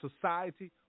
society